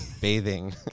bathing